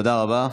תודה רבה.